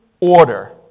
order